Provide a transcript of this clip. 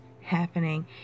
happening